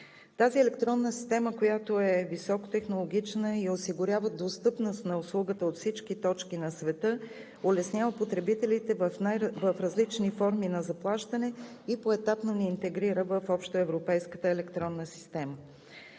Тази електронна система, която е високотехнологична и осигурява достъпност на услугата от всички точки на света, улеснява потребителите в различни форми на заплащане и поетапно ни интегрира в общоевропейската електронна система.